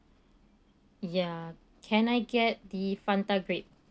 ya can I get the fanta grape